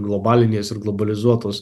globalinės ir globalizuotos